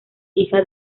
hija